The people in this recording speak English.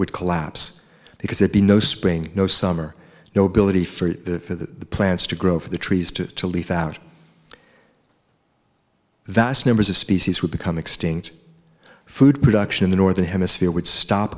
would collapse because it be no spring no summer no ability for the plants to grow for the trees to leaf out vast numbers of species would become extinct food production in the northern hemisphere would stop